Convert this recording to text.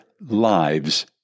lives